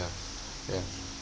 ya ya